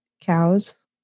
cows